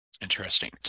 Interesting